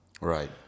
Right